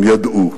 הם ידעו,